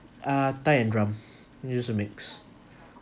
uh thigh and drum just a mix